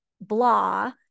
blah